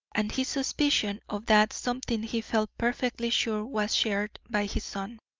and his suspicion of that something he felt perfectly sure was shared by his son,